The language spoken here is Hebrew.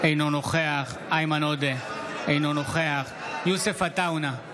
אינו נוכח איימן עודה, אינו נוכח יוסף עטאונה,